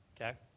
Okay